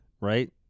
Right